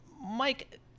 Mike